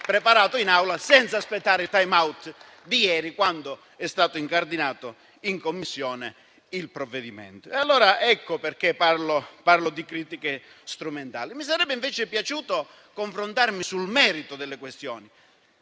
preparato in Aula, senza aspettare il *time out* di ieri, quando è stato incardinato in Commissione. Ecco perché parlo di critiche strumentali. Mi sarebbe invece piaciuto confrontarmi sul merito delle questioni.